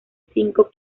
cinco